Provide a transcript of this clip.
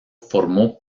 formó